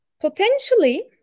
Potentially